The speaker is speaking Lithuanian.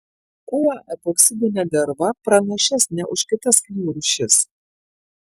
kuo epoksidinė derva pranašesnė už kitas klijų rūšis